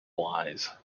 wise